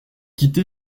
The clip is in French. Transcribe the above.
quitté